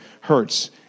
hurts